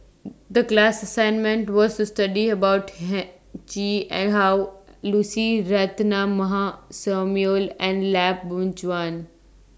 The class assignment was to study about Heng Chee and How Lucy Ratnammah Samuel and Yap Boon Chuan